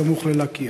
סמוך ללקיה.